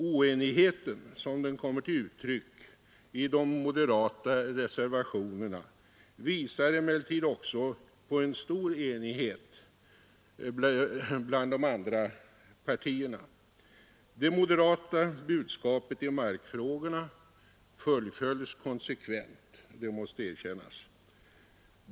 Oenigheten, som den kommer till uttryck i de moderata reservationerna, visar emellertid också på en stor enighet bland de andra partierna. Det moderata budskapet i markfrågorna fullföljs konsekvent — det måste erkännas.